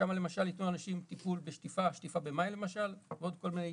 שם למשל ייתנו לאנשים טיפול בשטיפה במים ועוד כל מיני,